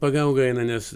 pagaugai eina nes